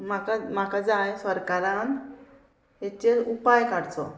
म्हाका म्हाका जाय सरकारान हेचेर उपाय काडचो